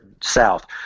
south